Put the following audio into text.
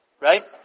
right